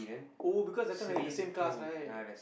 oh because that time you're in the same class right